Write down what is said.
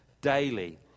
daily